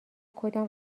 کدام